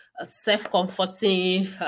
self-comforting